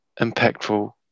impactful